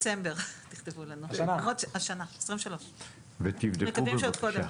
תכתבו לנו דצמבר 2023. מקווים שעוד קודם.